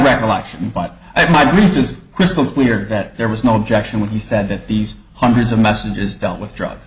recollection but i mean just crystal clear that there was no objection when he said that these hundreds of messages dealt with drugs